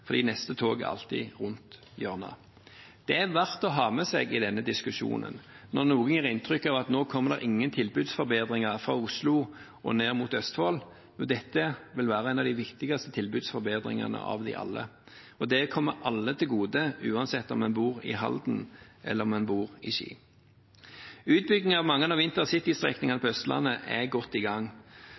fordi neste tog alltid er like rundt hjørnet. Det er verdt å ha med seg i denne diskusjonen, når noen gir inntrykk av at nå kommer det ingen tilbudsforbedringer fra Oslo og ned mot Østfold, men dette vil være en av de viktigste tilbudsforbedringene av alle. Det kommer alle til gode, uansett om en bor i Halden eller om en bor i Ski. Utbygging av mange av InterCity-strekningene på Østlandet er godt i gang.